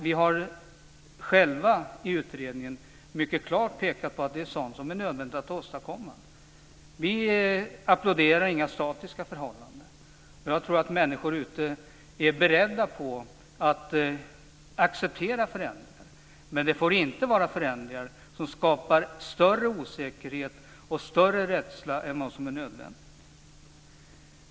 Vi har själva i utredningen mycket klart pekat på att det är sådant som är nödvändigt att åstadkomma. Vi applåderar inga statiska förhållanden. Jag tror att människor är beredda att acceptera förändringar, men det får inte vara förändringar som skapar större osäkerhet och större rädsla än vad som är nödvändigt.